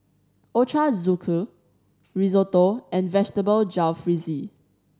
Ochazuke Risotto and Vegetable Jalfrezi